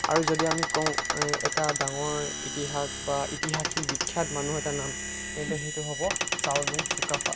আৰু যদি আমি কওঁ এটা ডাঙৰ ইতিহাস বা ইতিহাসী বিখ্যাত মানুহ এটাৰ নাম তেন্তে সেইটো হ'ব চাউলুং চুকাফা